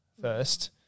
first